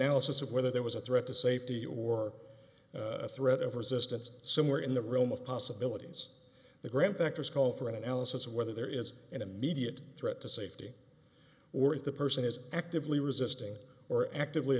analysis of whether there was a threat to safety or a threat of resistance somewhere in the realm of possibilities the graham factors call for an analysis of whether there is an immediate threat to safety or if the person is actively resisting or actively